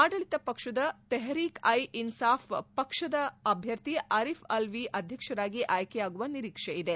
ಅಡಳಿತ ಪಕ್ಷದ ತೆಹ್ರೀಕ್ ಐ ಇನ್ಲಾಫ್ ಪಕ್ಷದ ಅಭ್ಯರ್ಥಿ ಅರಿಫ್ ಅಲ್ವಿ ಅಧ್ಯಕ್ಷರಾಗಿ ಆಯ್ಕೆಯಾಗುವ ನಿರೀಕ್ಷೆ ಇದೆ